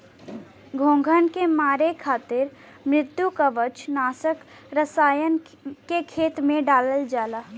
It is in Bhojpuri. घोंघन के मारे खातिर मृदुकवच नाशक रसायन के खेत में डालल जाला